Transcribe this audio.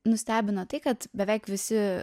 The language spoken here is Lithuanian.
nustebino tai kad beveik visi